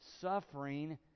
suffering